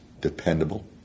dependable